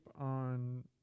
on